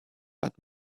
but